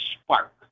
spark